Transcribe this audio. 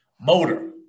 Motor